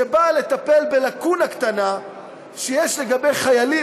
שבאה לטפל בלקונה קטנה שיש לגבי חיילים,